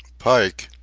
pike,